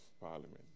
parliament